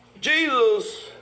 Jesus